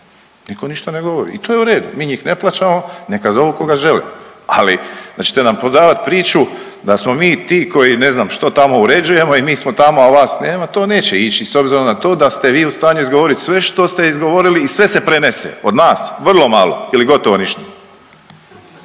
nitko ništa ne govori i to je u redu. Mi njih ne plaćamo neka zovu koga žele, ali da ćete nam prodavat priču da smo mi ti koji ne znam što tamo uređujemo i mi smo tamo, a vas nema, to neće ići s obzirom na to da ste vi u stanju izgovoriti sve što ste izgovorili i sve se prenese. Od nas vrlo malo ili gotovo ništa.